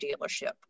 dealership